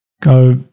go